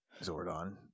Zordon